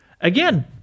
Again